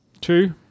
Two